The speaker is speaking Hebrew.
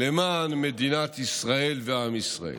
למען מדינת ישראל ועם ישראל.